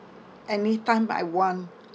anytime I want